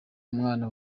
umwana